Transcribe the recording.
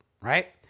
Right